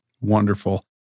Wonderful